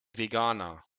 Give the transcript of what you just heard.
veganer